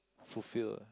fulfill